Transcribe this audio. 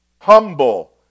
humble